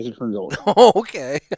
Okay